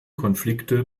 konflikte